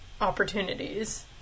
opportunities